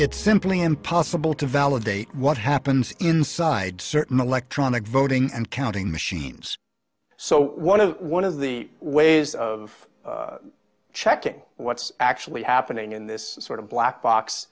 it's simply impossible to validate what happens inside certain electronic voting and counting machines so one of the one of the ways of checking what's actually happening in this sort of black box